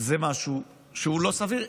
זה משהו שהוא לא סביר.